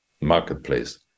marketplace